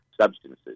substances